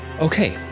okay